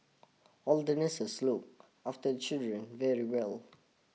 all the nurses look after the children very well